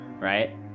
Right